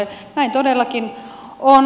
näin todellakin on